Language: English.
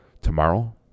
Tomorrow